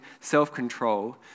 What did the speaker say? self-control